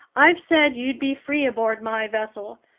i've said you'd be free aboard my vessel,